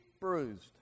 bruised